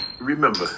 remember